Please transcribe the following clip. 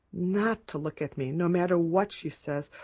not to look at me, no matter what she says,